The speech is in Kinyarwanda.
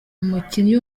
umukinnyi